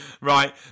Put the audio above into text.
right